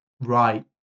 Right